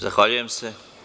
Zahvaljujem se.